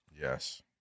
Yes